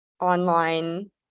online